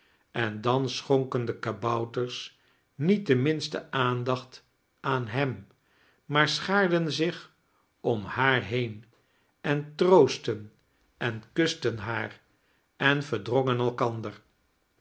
en dan schonken de kabouters niet de minste aandacht aan hem maar schaarden zieh om haar been en troostten en kusten haar en verdrongen elkander